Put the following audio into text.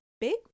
big